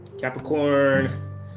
Capricorn